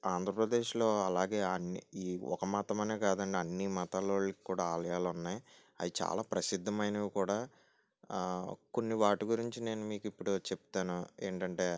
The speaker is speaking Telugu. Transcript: ఆంధ్రప్రదేశ్లో అలాగే అన్ని ఈ ఒక మతం అనే కాదండి అన్ని మతాల వాళ్ళకి కూడా ఆలయాలు ఉన్నాయి అవి చాలా ప్రసిద్ధమైనవి కూడా కొన్ని వాటి గురించి నేను మీకు ఇప్పుడు చెప్తాను ఏంటంటే